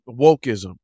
wokeism